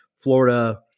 Florida